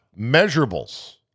measurables